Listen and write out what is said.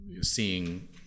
seeing